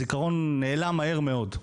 הזיכרון נעלם מהר מאוד,